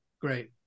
Great